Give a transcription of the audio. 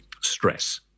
stress